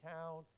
town